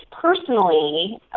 personally